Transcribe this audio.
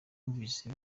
wumvise